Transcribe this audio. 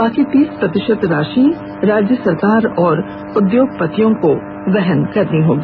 शेष तीस प्रतिशत राशि राज्य सरकार और उद्योगपतियों को वहन करनी होगी